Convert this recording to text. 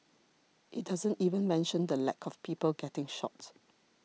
it doesn't even mention the lack of people getting shot